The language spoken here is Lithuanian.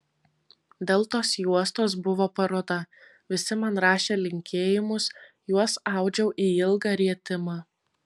dėl tos juostos buvo paroda visi man rašė linkėjimus juos audžiau į ilgą rietimą